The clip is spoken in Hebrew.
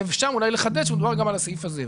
ושם אולי לחדד שמדובר גם על הסעיף הזה.